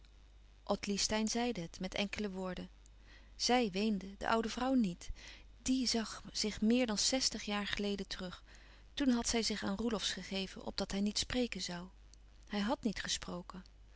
ottilie steyn zeide het met enkele woorden zij weende de oude vrouw niet diè zag zich meer dan zèstig jaar geleden terug toen had zij zich aan roelofsz gegeven opdat hij niet spreken zoû hij hàd niet gesproken